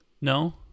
No